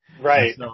Right